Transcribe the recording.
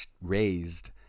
raised